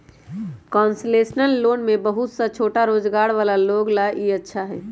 concessional loan में बहुत सा छोटा रोजगार वाला लोग ला ई अच्छा हई